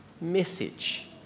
message